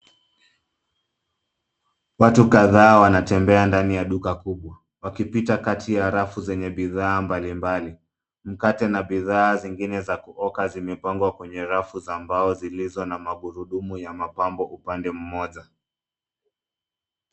Watu kadhaa wanatembea ndani ya duka kubwa, wakipita kati ya rafu zenye bidhaa mbali mbali. Mkate na bidhaa zingine za kuoka zimepangwa kwenye rafu za mbao zilizo na magurudumu ya mapambo upande mmoja.